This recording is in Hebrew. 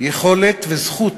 יכולת וזכות